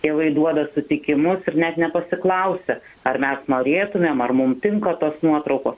tėvai duoda sutikimus ir net nepasiklausia ar mes norėtumėm ar mum tinka tos nuotraukos